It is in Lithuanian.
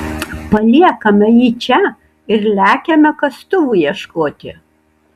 paliekame jį čia ir lekiame kastuvų ieškoti